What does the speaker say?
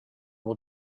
will